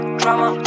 drama